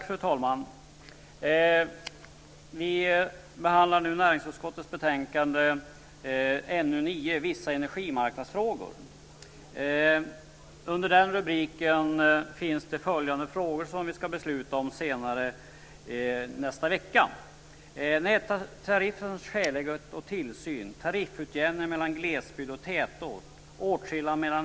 Fru talman! Vi behandlar nu näringsutskottets betänkande NU9 Vissa energimarknadsfrågor. Under den rubriken finns följande frågor som vi ska besluta om senare nästa vecka: Nättariffens skälighet och tillsyn. Tariffutjämning mellan glesbygd och tätort.